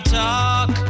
talk